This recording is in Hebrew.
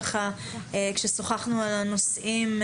עת שוחחנו על הנושאים,